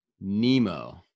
Nemo